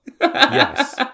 Yes